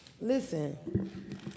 Listen